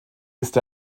ist